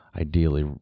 ideally